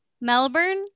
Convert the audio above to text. Melbourne